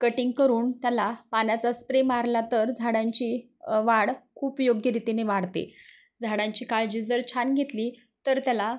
cutting करून त्याला पाण्याचा स्प्रे मारला तर झाडांची वाढ खूप योग्यरितीने वाढते झाडांची काळजी जर छान घेतली तर त्याला